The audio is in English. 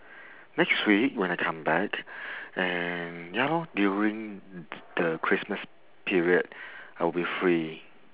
next week when I come back and ya lor during the christmas period I will be free